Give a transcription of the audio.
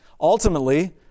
Ultimately